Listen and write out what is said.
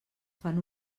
fan